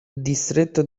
distretto